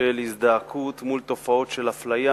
של הזדעקות מול תופעות של אפליה,